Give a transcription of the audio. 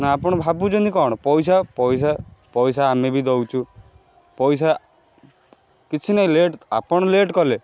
ନା ଆପଣ ଭାବୁଛନ୍ତି କ'ଣ ପଇସା ପଇସା ପଇସା ଆମେ ବି ଦେଉଛୁ ପଇସା କିଛି ନାହିଁ ଲେଟ୍ ଆପଣ ଲେଟ୍ କଲେ